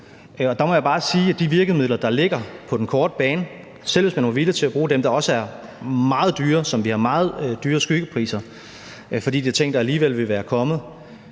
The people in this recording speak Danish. Og der må jeg bare sige om de virkemidler, der ligger på den korte bane, selv hvis man var villig til at bruge dem, der også er meget dyre, og som ville have meget dyre skyggepriser, fordi det er ting, der alligevel ville være kommet,